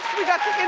we got the